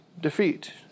defeat